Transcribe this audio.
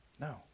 No